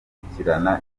gukurikirana